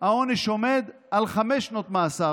העונש עומד על חמש שנות מאסר.